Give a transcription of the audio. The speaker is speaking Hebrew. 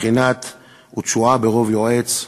בבחינת "ותשועה ברוב יועץ".